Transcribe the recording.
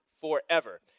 forever